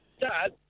Dad